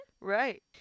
Right